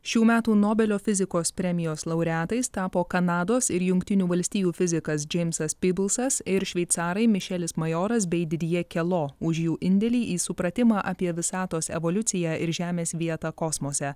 šių metų nobelio fizikos premijos laureatais tapo kanados ir jungtinių valstijų fizikas džeimsas pibulsas ir šveicarai mišelis majoras bei didjė kelo už jų indėlį į supratimą apie visatos evoliuciją ir žemės vietą kosmose